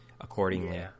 accordingly